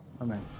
Amen